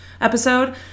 episode